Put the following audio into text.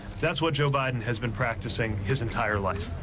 that's what joe biden has been practicing his entire life.